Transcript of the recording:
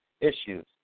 issues